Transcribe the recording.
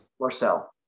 Marcel